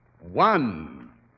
One